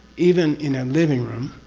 even in a living room,